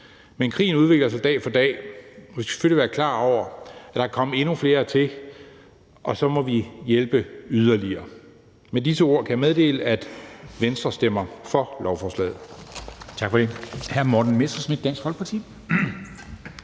Men krigen udvikler sig dag for dag, og vi skal selvfølgelig være klar over, at der kan komme endnu flere til, og så må vi hjælpe yderligere. Med disse ord kan jeg meddele, at Venstre stemmer for lovforslaget.